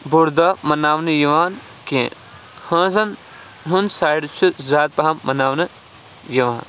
بوٚڑ دۄہ مَناونہٕ یِوان کیٚنٛہہ ہٲنزَن ہُند سایڈٕ چھُ زیادٕ پَہم مَناونہٕ یِوان